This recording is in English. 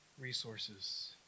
resources